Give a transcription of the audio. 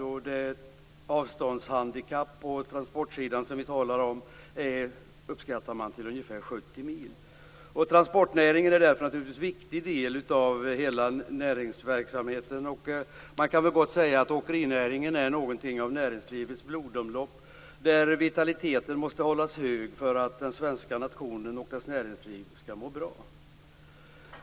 Man uppskattar att det avståndshandikapp på transportsidan som vi talar om uppgår till ca 70 mil. Transportnäringen är naturligtvis en viktig del av hela näringsverksamheten. Man kan gott säga att åkerinäringen är något av näringslivets blodomlopp där vitaliteten måste hållas hög för att den svenska nationen och dess näringsliv skall må bra.